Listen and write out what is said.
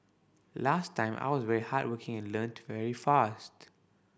last time I was very hardworking and learnt very fast